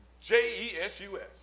J-E-S-U-S